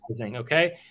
Okay